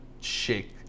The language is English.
shake